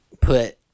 put